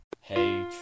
Hey